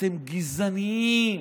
אתם גזענים.